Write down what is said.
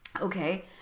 Okay